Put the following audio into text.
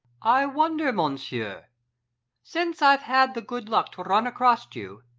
i wonder, monsieur, since i've had the good luck to run across you,